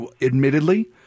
admittedly